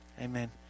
Amen